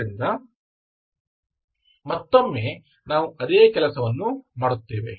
ಆದ್ದರಿಂದ ಮತ್ತೊಮ್ಮೆ ನಾವು ಅದೇ ಕೆಲಸವನ್ನು ಮಾಡುತ್ತೇವೆ